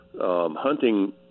hunting